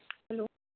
hello